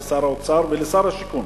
לשר האוצר ולשר השיכון,